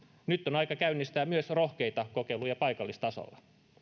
nyt on aika käynnistää myös rohkeita kokeiluja paikallistasolla